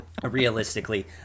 Realistically